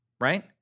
right